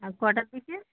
আর কটা থেকে